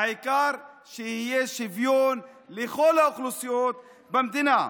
העיקר שיהיה שוויון לכל האוכלוסיות במדינה.